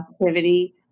positivity